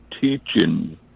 teaching